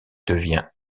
devient